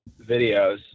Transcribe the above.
videos